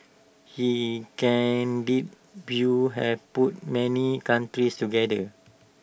his candid views have put many countries together